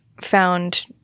found